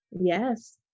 Yes